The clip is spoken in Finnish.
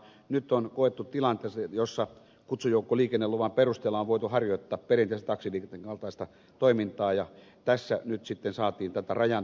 nyt on koettu tilanne jossa kutsujoukkoliikenneluvan perusteella on voitu harjoittaa perinteisen taksiliikenteen kaltaista toimintaa ja tässä nyt sitten saatiin tätä rajanvetoa